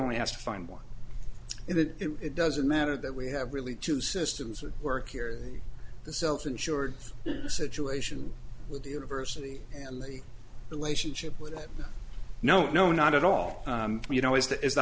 only has to find one in that it doesn't matter that we have really two systems that work here the self insured situation with the university and the relationship with it no no not at all you know is the is the